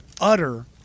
utter